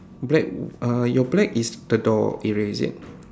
black uh your black is the door area is it